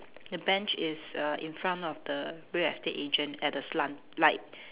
the bench is err in front of the real estate agent at the slant like